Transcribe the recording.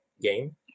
game